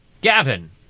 Gavin